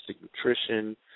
nutrition